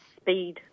speed